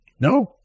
No